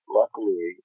luckily